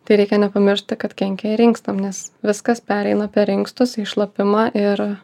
tai reikia nepamiršti kad kenkia ir inkstam nes viskas pereina per inkstus šlapimą ir